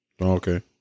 Okay